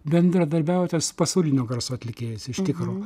bendradarbiavote su pasaulinio garso atlikėjais iš tikro